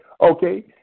Okay